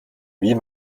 wie